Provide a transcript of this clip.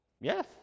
Yes